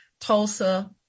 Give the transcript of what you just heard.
Tulsa